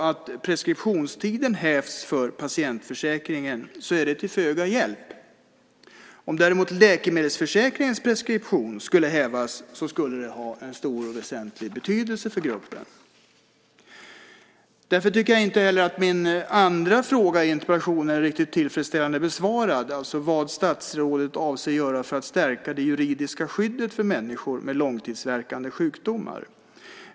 Att preskriptionstiden hävs för patientförsäkringen är alltså till föga hjälp. Om däremot läkemedelsförsäkringens preskription skulle hävas skulle det ha stor betydelse för gruppen. Inte heller min andra fråga i interpellationen är riktigt tillfredsställande besvarad. Vad avser statsrådet att göra för att stärka det juridiska skyddet för människor med långtidsverkande sjukdomar?